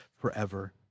forever